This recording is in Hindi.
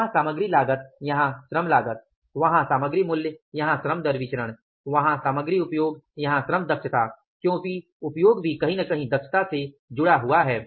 वहां सामग्री लागत यहाँ श्रम लागत वहाँ सामग्री मूल्य यहाँ श्रम दर विचरण वहाँ सामग्री उपयोग यहाँ श्रम दक्षता क्योंकि उपयोग भी कहीं न कहीं दक्षता से जुड़ा हुआ है